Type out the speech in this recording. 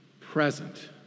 present